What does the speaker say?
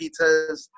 pizzas